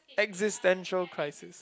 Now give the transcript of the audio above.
existential crisis